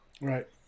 Right